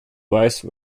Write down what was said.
vice